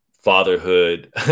fatherhood